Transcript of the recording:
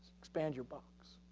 expand your box.